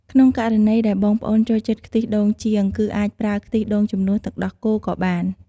ក្នុងករណីដែលបងប្អូនចូលចិត្តខ្ទិះដូងជាង គឺអាចប្រើខ្ទិះដូងជំនួសទឹកដោះគោក៏បាន។